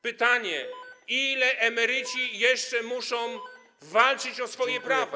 Pytanie: Ile emeryci jeszcze muszą walczyć o swoje prawa?